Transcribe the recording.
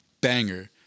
banger